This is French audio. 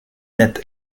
net